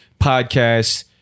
Podcasts